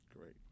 Great